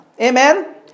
Amen